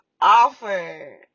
offer